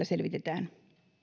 selvitetään